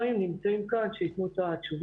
למל"ל יש נציג בוועדה כמו שיש נציג לכל בוועדה